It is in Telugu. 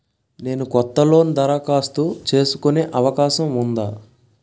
నేను కొత్త లోన్ దరఖాస్తు చేసుకునే అవకాశం ఉందా?